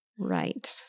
Right